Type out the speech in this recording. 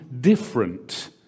different